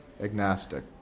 agnostic